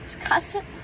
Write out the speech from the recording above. custom